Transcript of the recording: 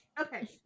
Okay